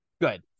Good